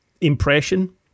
impression